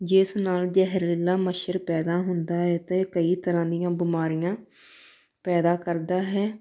ਜਿਸ ਨਾਲ ਜ਼ਹਿਰੀਲਾ ਮੱਛਰ ਪੈਦਾ ਹੁੰਦਾ ਹੈ ਅਤੇ ਕਈ ਤਰ੍ਹਾਂ ਦੀਆਂ ਬਿਮਾਰੀਆਂ ਪੈਦਾ ਕਰਦਾ ਹੈ